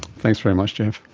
thanks very much jeff.